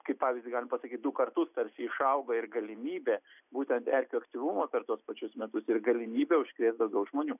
kaip pavyzdį galim pasakyt du kartus tarsi išauga ir galimybė būtent erkių aktyvumo per tuos pačius metus ir galimybė užkrėst daugiau žmonių